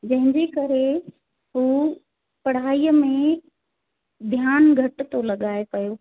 जंहिंजे करे हू पढ़ाईअ में ध्यानु घटि थो लॻाए पियो